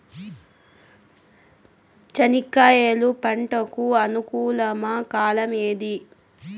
చెనక్కాయలు పంట కు అనుకూలమా కాలం ఏది?